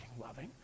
loving